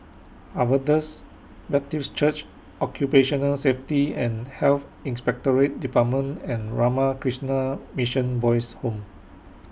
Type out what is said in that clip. Baptist Church Occupational Safety and Health Inspectorate department and Ramakrishna Mission Boys' Home